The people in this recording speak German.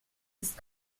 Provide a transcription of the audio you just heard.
ist